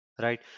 right